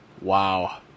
Wow